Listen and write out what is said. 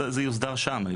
זה יוסדר שם.